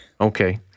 Okay